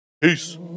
Peace